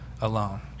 alone